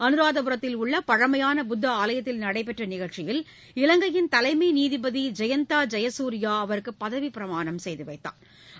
அனுராதாபுரத்தில் உள்ள பழமையான புத்த ஆலயத்தில் ் நடைபெற்ற நிகழ்ச்சியில் இலங்கையின் தலைமை நீதிபதி ஜெயந்தா ஜெயசூரியா அவருக்கு பதவிப் பிரமாணம் செய்து வைத்தாா்